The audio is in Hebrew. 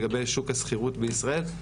לגבי שוק השכירות בישראל,